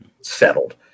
settled